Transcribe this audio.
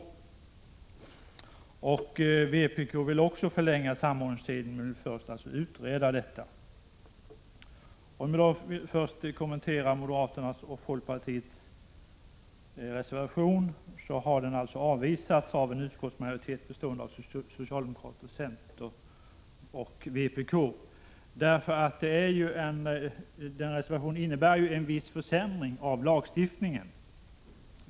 Folkpartiet vill också förlänga samordningstiden men vill först utreda frågan. Moderaternas och folkpartiets förslag har avvisats av en utskottsmajoritet — Prot. 1986/87:51 : bestående av socialdemokrater, center och vpk, eftersom de innebär en viss 17 december 1986 försämring av lagstiftningen.